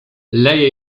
leje